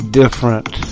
different